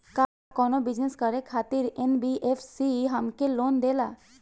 का कौनो बिजनस करे खातिर एन.बी.एफ.सी हमके लोन देला?